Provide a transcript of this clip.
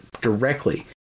directly